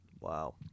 Wow